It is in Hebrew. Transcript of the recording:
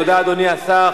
תודה, אדוני השר.